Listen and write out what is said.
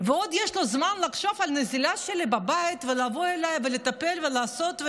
ועוד יש לך זמן לחשוב על נזילה שלי בבית ולבוא אליי ולטפל ולעשות,